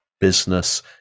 business